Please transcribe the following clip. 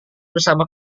bersama